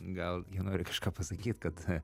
gal jie nori kažką pasakyt kad